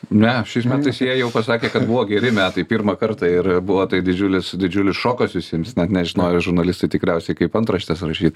ne šiais metais jie jau pasakė kad buvo geri metai pirmą kartą ir buvo tai didžiulis didžiulis šokas visiems net nežinojo žurnalistai tikriausiai kaip antraštes rašyt